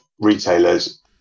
retailers